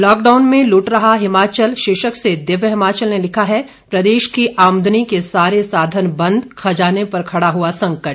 lockdown में लुट रहा हिमाचल शीर्षक से दिव्य हिमाचल ने लिखा है प्रदेश की आमदनी के सारे साधन बंद खजाने पर खड़ा हुआ संकट